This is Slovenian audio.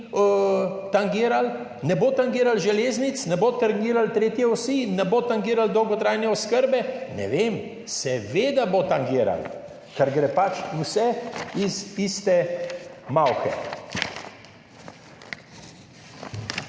ne bo tangiralo železnic, ne bo tangirali tretje osi, ne bo tangiralo dolgotrajne oskrbe? Seveda bo tangiralo, ker gre pač vse iz tiste malhe.